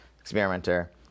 experimenter